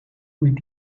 with